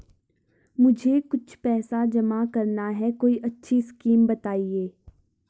मुझे कुछ पैसा जमा करना है कोई अच्छी स्कीम बताइये?